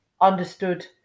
understood